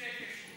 אצלי יש.